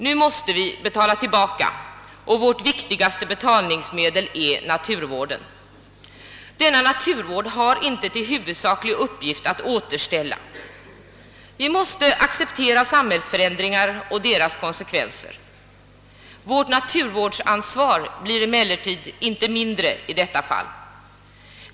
Nu måste vi betala tillbaka, och vårt viktigaste betalningsmedel är naturvården. Denna naturvård har inte till huvudsaklig uppgift att återställa — vi måste acceptera samhällsförändringar och deras konsekvenser. Vårt naturvårdsansvar blir emellertid inte mindre i detta fall.